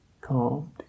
calmed